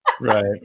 right